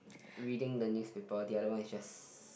reading the newspaper the other one is just